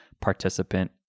participant